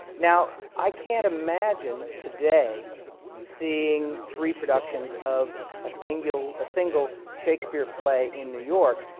now, i can't imagine today seeing three productions of a single single shakespeare play in new york,